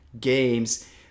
games